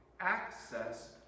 access